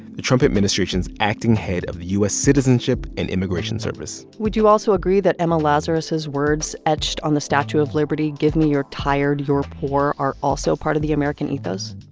the trump administration's acting head of the u s. citizenship and immigration service would you also agree that emma lazarus' words etched on the statue of liberty give me your tired, your poor are also part of the american ethos?